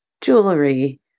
jewelry